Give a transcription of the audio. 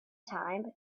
time